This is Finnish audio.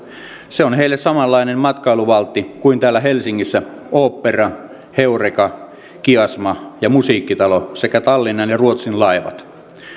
se on heille samanlainen matkailuvaltti kuin täällä helsingissä ooppera heureka kiasma ja musiikkitalo sekä tallinnan ja ruotsin laivat